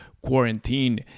quarantine